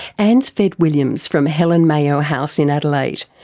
anne sved williams from helen mayo house in adelaide.